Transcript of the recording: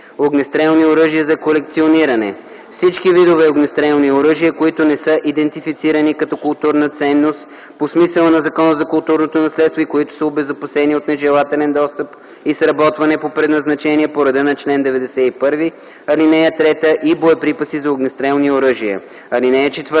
огнестрелни оръжия за колекциониране – всички видове огнестрелни оръжия, които не са идентифицирани като културна ценност по смисъла на Закона за културното наследство и които са обезопасени от нежелателен достъп и сработване по предназначение по реда на чл. 91, ал. 3, и боеприпаси за огнестрелни оръжия. (4)